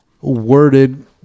worded